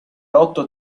otto